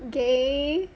gay